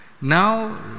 now